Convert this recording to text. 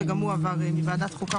שגם הוא עבר לוועדת חוקה,